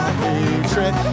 hatred